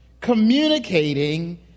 Communicating